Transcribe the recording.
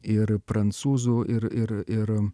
ir prancūzų ir ir ir